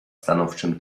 stanowczym